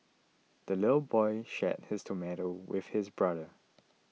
the little boy shared his tomato with his brother